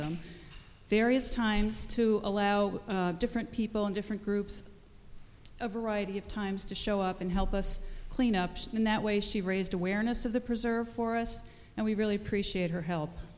them various times to allow different people in different groups a variety of times to show up and help us clean ups and that way she raised awareness of the preserve for us and we really appreciate her help